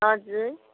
हजुर